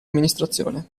amministrazione